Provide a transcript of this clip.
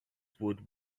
would